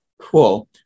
Cool